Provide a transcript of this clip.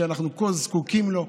שאנחנו כה זקוקים לו.